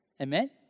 Amen